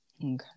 Okay